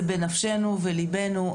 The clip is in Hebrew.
זה בנפשנו ובליבנו.